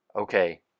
okay